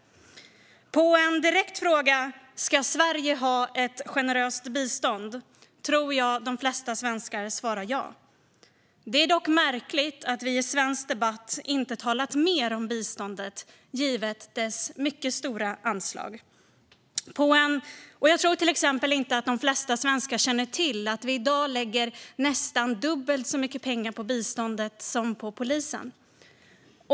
Jag tror att de flesta svenskar svarar ja på den direkta frågan: Ska Sverige ha ett generöst bistånd? Det är dock märkligt att vi i svensk debatt inte har talat mer om biståndet givet dess mycket stora anslag. Jag tror till exempel inte att de flesta svenskar känner till att vi i dag lägger nästan dubbelt så mycket pengar på biståndet som på polisen. Fru talman!